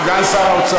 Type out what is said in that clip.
סגן השר לוי.